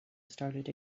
started